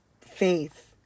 faith